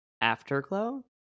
Afterglow